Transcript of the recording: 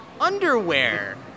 underwear